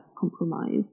compromise